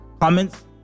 comments